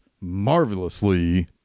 marvelously